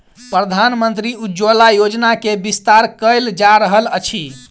प्रधानमंत्री उज्ज्वला योजना के विस्तार कयल जा रहल अछि